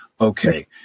Okay